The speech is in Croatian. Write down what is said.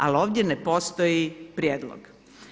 Ali ovdje ne postoji prijedloga.